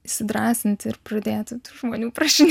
įsidrąsinti ir pradėti žmonių prašyti